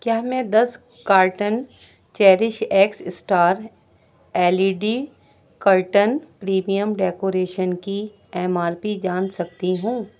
کیا میں دس carton cherish X star L E D curtain premium decoration کی ایم آر پی جان سکتی ہوں